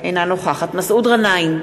אינה נוכחת מסעוד גנאים,